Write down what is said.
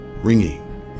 ringing